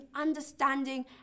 understanding